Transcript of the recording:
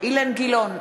אילן גילאון,